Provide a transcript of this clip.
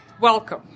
welcome